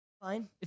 Fine